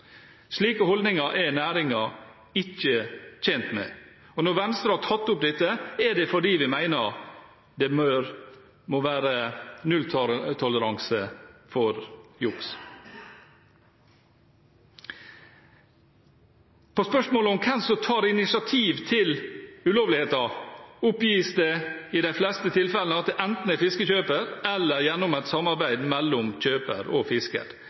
Slike holdninger er næringen ikke tjent med. Når Venstre har tatt opp dette, er det fordi vi mener det må være nulltoleranse for juks. På spørsmålet om hvem som tar initiativ til ulovligheter, oppgis det i de fleste tilfellene at det enten er fiskekjøper eller gjennom et samarbeid mellom kjøper og fisker.